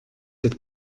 cette